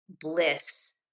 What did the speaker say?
bliss